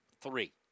three